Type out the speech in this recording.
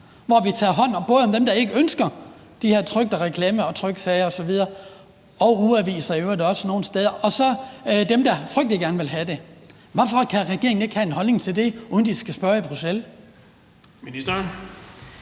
hvor vi tager hånd om både dem, der ikke ønsker de her trykte reklamer og tryksager osv. – og ugeaviser i øvrigt også nogle steder – og så dem, der frygtelig gerne vil have dem. Hvorfor kan regeringen ikke have en holdning til det, uden at de skal spørge i Bruxelles?